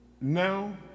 now